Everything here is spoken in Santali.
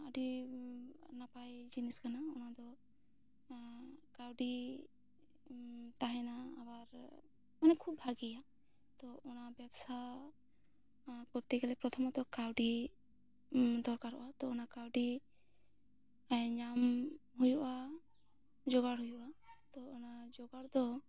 ᱟᱹᱰᱤ ᱱᱟᱯᱟᱭ ᱡᱤᱱᱤᱥ ᱠᱟᱱᱟ ᱚᱱᱟ ᱫᱚ ᱠᱟᱹᱣᱰᱤ ᱛᱟᱦᱮᱱᱟ ᱟᱨ ᱢᱟᱱᱮ ᱠᱷᱩᱵ ᱵᱷᱟᱜᱮᱭᱟ ᱛᱚ ᱚᱱᱟ ᱵᱮᱵᱥᱟ ᱠᱚᱨᱛᱮ ᱜᱮᱞᱮ ᱯᱨᱚᱛᱷᱚᱢᱚᱛᱚ ᱠᱟᱹᱣᱰᱤ ᱫᱚᱨᱠᱟᱨᱚᱜᱼᱟ ᱛᱚ ᱚᱱᱟ ᱠᱟᱹᱣᱰᱤ ᱦᱮᱸ ᱧᱟᱢ ᱦᱩᱭᱩᱜᱼᱟ ᱡᱳᱜᱟᱲ ᱦᱩᱭᱩᱜᱼᱟ ᱛᱚ ᱚᱱᱟ ᱡᱳᱜᱟᱲ ᱫᱚ